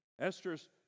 Esther's